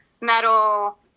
metal